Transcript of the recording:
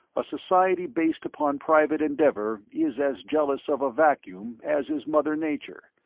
a society based upon private endeavor is as jealous of a vacuum as is mother nature.